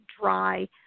dry